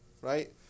right